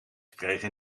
gekregen